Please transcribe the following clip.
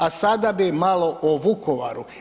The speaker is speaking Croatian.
A sada bi malo o Vukovaru.